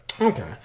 Okay